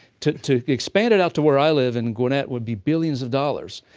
to to expand it out to where i live in gwinnett would be billions of dollars.